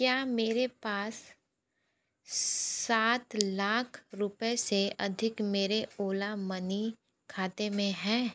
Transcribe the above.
क्या मेरे पास सात लाख रुपये से अधिक मेरे ओला मनी खाते में हैं